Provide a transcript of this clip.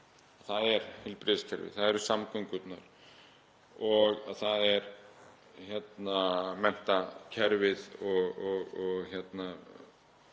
Það er heilbrigðiskerfið, það eru samgöngurnar og það er menntakerfið og